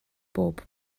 bob